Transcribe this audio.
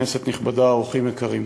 כנסת נכבדה, אורחים יקרים,